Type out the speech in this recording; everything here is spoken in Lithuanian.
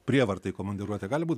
prievarta į komandiruotę gali būt